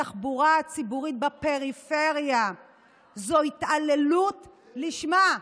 התחבורה הציבורית בפריפריה זו התעללות לשמה.